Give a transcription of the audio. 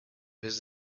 his